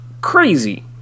crazy